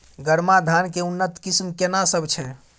गरमा धान के उन्नत किस्म केना सब छै?